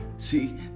See